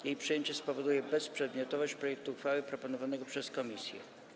Jej przyjęcie spowoduje bezprzedmiotowość projektu uchwały proponowanego przez komisję.